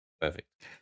perfect